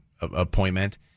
appointment